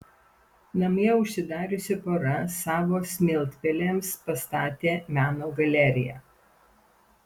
namie užsidariusi pora savo smiltpelėms pastatė meno galeriją